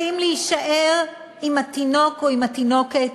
האם להישאר עם התינוק או עם התינוקת